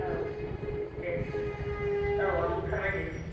औ दे औ आं ओंखारबाय दे